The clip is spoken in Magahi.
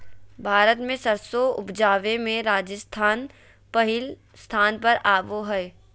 भारत मे सरसों उपजावे मे राजस्थान पहिल स्थान पर आवो हय